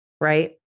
Right